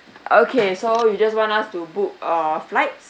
okay so you just want us to book a flight